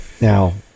Now